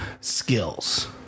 skills